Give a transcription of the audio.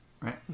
Right